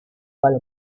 palo